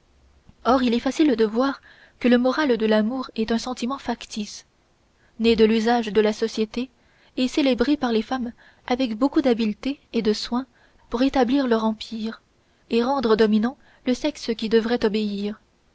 or il est facile de voir que le moral de l'amour est un sentiment factice né de l'usage de la société et célébré par les femmes avec beaucoup d'habileté et de soin pour établir leur empire et rendre dominant le sexe qui devrait obéir